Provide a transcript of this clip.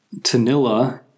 Tanilla